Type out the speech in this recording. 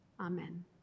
Amen